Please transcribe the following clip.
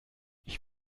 ich